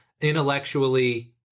intellectually